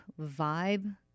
vibe